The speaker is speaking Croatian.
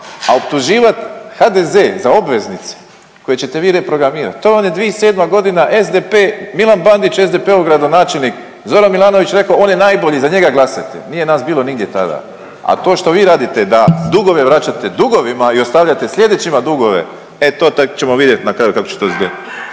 a optuživati HDZ za obveznice koje ćete vi reprogramirati, to vam je 2007. g., SDP, Milan Bandić, SDP-ov gradonačelnik, Zoran Milanović je rekao, on je najbolji, za njega glasajte. Nije nas bilo nigdje tada. A to što vi radite, da dugove vraćate dugovima i ostavljate sljedećima dugove, e to tek ćemo vidjeti na kraju kak će to izgledati.